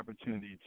opportunity